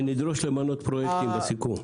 ונדרוש למנות פרויקטים בסיכום.